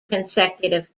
consecutive